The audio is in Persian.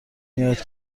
میاید